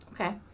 Okay